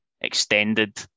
Extended